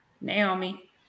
Naomi